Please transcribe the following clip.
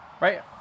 Right